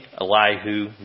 Elihu